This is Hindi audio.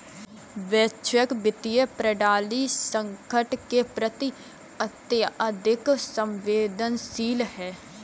वैश्विक वित्तीय प्रणाली संकट के प्रति अत्यधिक संवेदनशील है